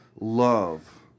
love